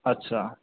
আচ্ছা